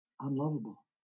unlovable